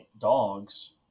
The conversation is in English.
dogs